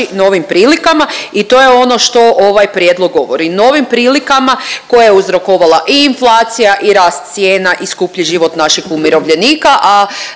novim prilikama i to je ono što ovaj prijedlog govori, novim prilikama koje je uzrokovala i inflacija i rast cijena i skuplji život naših umirovljenika,